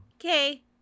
Okay